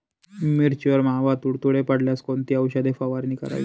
मिरचीवर मावा, तुडतुडे पडल्यास कोणती औषध फवारणी करावी?